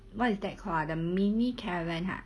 what is that called ah the mini caravan ha